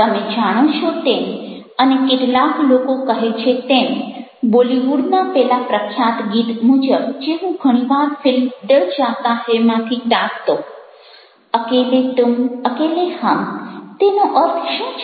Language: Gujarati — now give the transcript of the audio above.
તમે જાણો છો તેમ અને કેટલાક લોકો કહે છે તેમ બોલિવૂડના પેલા પ્રખ્યાત ગીત મુજબ જે હું ઘણી વાર ફિલ્મ દિલ ચાહતા હૈ માંથી ટાંકતો અકેલે તુમ અકેલે હમ તેનો અર્થ શું છે